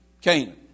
Canaan